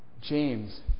James